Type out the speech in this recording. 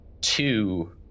two